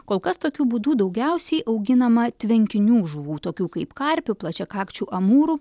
kol kas tokiu būdu daugiausiai auginama tvenkinių žuvų tokių kaip karpių plačiakakčių amūrų